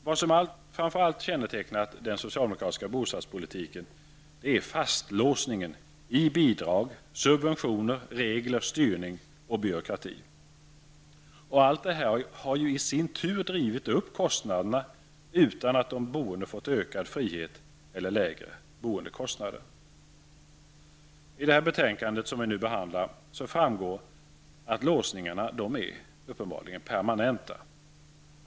Vad som framför allt känntecknat den socialdemokratiska bostadspolitiken är fastlåsningen i bidrag, subventioner, regler, styrning och byråkrati. Allt detta har i sin tur drivit upp kostnaderna utan att de boende fått ökad frihet eller lägre boendekostnader. I detta betänkande som vi nu behandlar framgår att låsningarna uppenbarligen är permanenta.